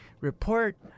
report